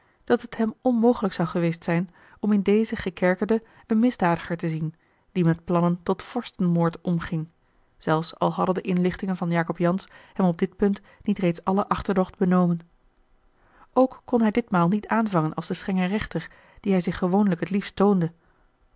dat het hem onmogelijk zou geweest zijn om in dezen gekerkerde een misdadiger te zien die met plannen tot vorstenmoord omging zelfs al hadden de inlichtingen van jacob jansz hem op dit punt niet reeds alle achterdocht benomen ook kon hij ditmaal niet aanvangen als de strenge rechter die hij zich gewoonlijk het liefst toonde